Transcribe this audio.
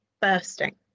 bursting